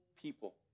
people